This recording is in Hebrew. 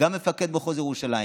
גם למפקד מחוז ירושלים: